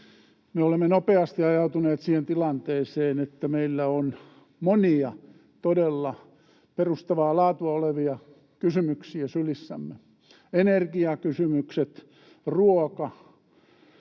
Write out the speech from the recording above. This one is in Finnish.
Me olemme nopeasti ajautuneet siihen tilanteeseen, että meillä on monia todella perustavaa laatua olevia kysymyksiä sylissämme: energiakysymykset, ruoka,